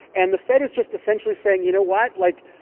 and the fed is just essentially saying, you know what? like,